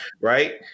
right